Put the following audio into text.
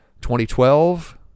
2012